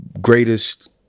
greatest